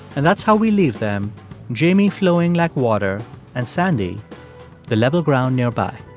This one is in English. and that's how we leave them jamie flowing like water and sandy the level ground nearby